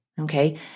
okay